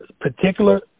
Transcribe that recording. particular